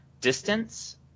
distance